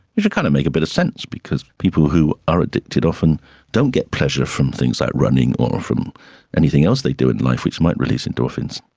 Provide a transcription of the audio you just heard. which would kind of make a bit of sense because people who are addicted often don't get pleasure from things like running or from anything else they do in life which might release endorphins.